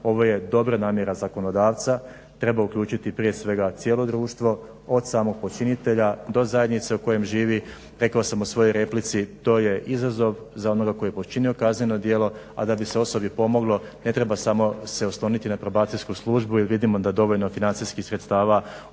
Ovo je dobra namjera zakonodavca. Treba uključiti prije svega cijelo društvo od samog počinitelja do zajednice u kojem živi rekao sam u svojoj replici to je izazov za onoga koji je počinio kazneno djelo, a da bi se osobi pomoglo, ne treba samo se osloniti niti na probacijsku službu jer vidimo da dovoljno financijskih sredstava u